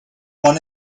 one